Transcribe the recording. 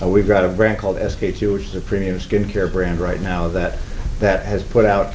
ah we've got a brand called s k two, which is a premium skin care brand right now, that that has put out